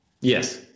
Yes